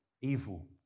Evil